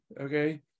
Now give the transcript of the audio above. Okay